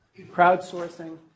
Crowdsourcing